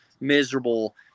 miserable